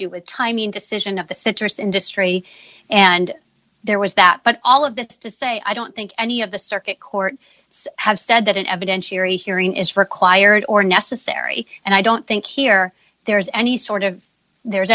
do with timing decision of the citrus industry and there was that but all of that's to say i don't think any of the circuit court have said that an evidentiary hearing is for acquired or necessary and i don't think here there's any sort of there